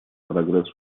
прогресс